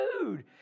food